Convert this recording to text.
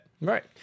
Right